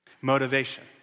Motivation